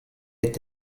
est